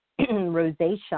rosacea